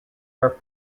are